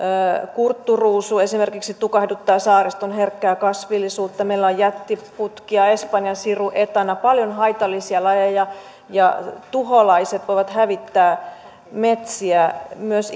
kurtturuusu esimerkiksi tukahduttaa saariston herkkää kasvillisuutta meillä on jättiputki espanjansiruetana paljon haitallisia lajeja ja tuholaiset voivat hävittää metsiä myös